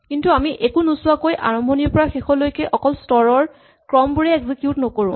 কিন্তু আমি একো নোচোৱাকৈ আৰম্ভণিৰ পৰা শেষলৈকে অকল স্তৰৰ ক্ৰমবোৰেই এক্সিকিউট নকৰো